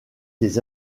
les